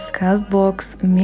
Castbox